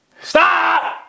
Stop